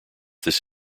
this